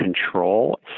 control